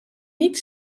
niet